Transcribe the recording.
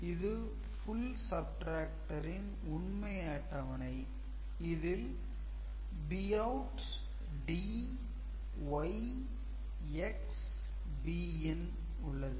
இது "Full subtractor" ன் உண்மை அட்டவணை இதில் bout d y x bin உள்ளது